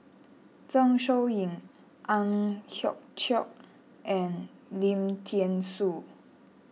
Zeng Shouyin Ang Hiong Chiok and Lim thean Soo